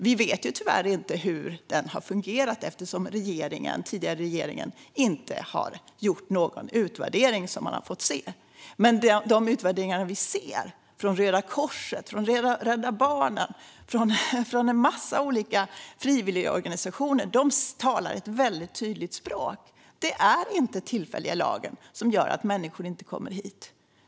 Vi vet tyvärr inte hur den har fungerat, eftersom den tidigare regeringen inte har gjort någon utvärdering som vi har fått se. De utvärderingar vi ser - från Röda Korset, Rädda Barnen och en massa olika frivilligorganisationer - talar dock sitt tydliga språk: Det är inte den tillfälliga lagen som gör att människor inte kommer hit.